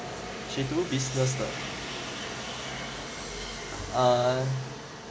she 读 business 的 uh